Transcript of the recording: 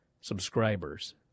subscribers